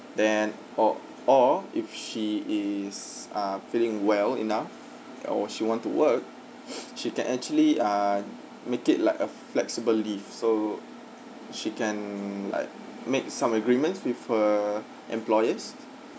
then or or if she is ah feeling well enough or she want to work she can actually ah make it like a flexible leave so she can like make some agreements with her employers